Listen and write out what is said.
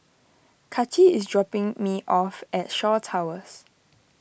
Kaci is dropping me off at Shaw Towers